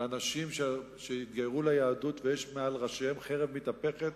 ואנשים שיתגיירו ליהדות ויש מעל ראשיהם חרב מתהפכת,